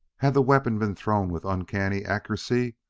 had the weapon been thrown with uncanny accuracy,